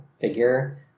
figure